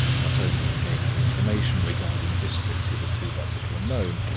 not only in gaining information regarding districts hitherto but little known,